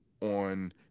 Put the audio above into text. on